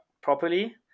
properly